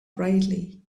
brightly